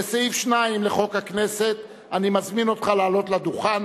וסעיף 2 לחוק הכנסת, אני מזמין אותך לעלות לדוכן.